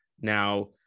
Now